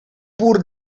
pur